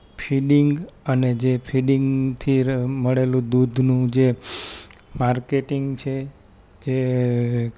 feeding અને જે ફીડિંગથી મળેલું દૂધનું જે માર્કેટિંગ છે જે